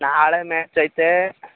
ನಾಳೆ ಮ್ಯಾಚ್ ಐತೆ